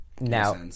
Now